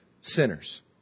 sinners